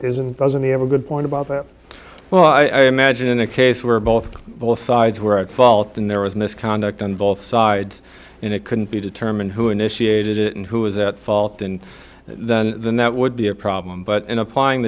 isn't doesn't he have a good point about well i imagine a case where both both sides were at fault and there was misconduct on both sides and it couldn't be determined who initiated it and who was at fault and then the net would be a problem but in applying the